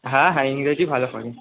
হ্যাঁ হ্যাঁ ইংরেজি ভালো পারি